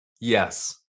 Yes